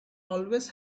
always